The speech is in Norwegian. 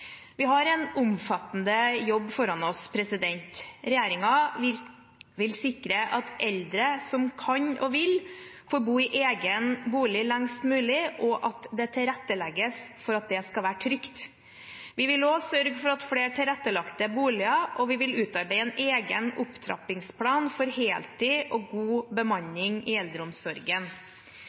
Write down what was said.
Vi har en omfattende jobb foran oss. Regjeringen vil sikre at eldre som kan og vil, får bo i egen bolig lengst mulig, og at det tilrettelegges for at det skal være trygt. Vi vil også sørge for flere tilrettelagte boliger, og vi vil utarbeide en egen opptrappingsplan for heltid og god bemanning i eldreomsorgen.